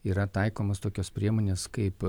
yra taikomos tokios priemonės kaip